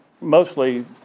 mostly